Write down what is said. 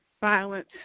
violence